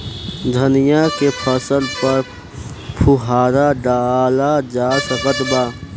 धनिया के फसल पर फुहारा डाला जा सकत बा?